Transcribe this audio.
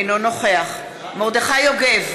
אינו נוכח מרדכי יוגב,